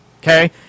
Okay